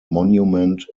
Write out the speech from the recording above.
monument